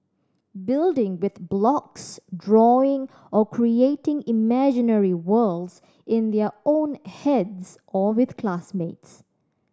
building with blocks drawing or creating imaginary worlds in their own heads or with classmates